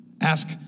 ask